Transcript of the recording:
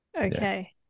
okay